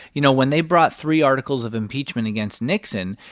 you know, when they brought three articles of impeachment against nixon,